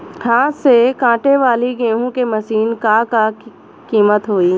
हाथ से कांटेवाली गेहूँ के मशीन क का कीमत होई?